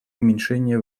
уменьшения